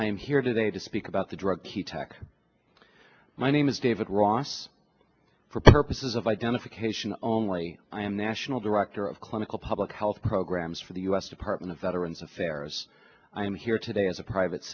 i am here today to speak about the drug he tech my name is david ross for purposes of identification only i am national director of clinical public health programs for the u s department of veterans affairs i am here today as a private